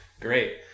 Great